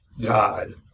God